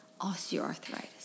osteoarthritis